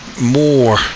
more